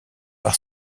par